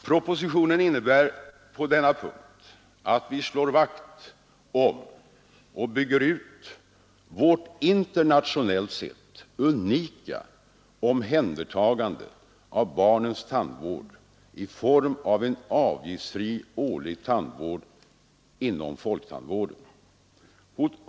Propositionen innebär på denna punkt att vi slår vakt om och bygger ut vårt internationellt sett unika omhändertagande av barnens tandvård i form av en avgiftsfri årlig tandvård inom folktandvården.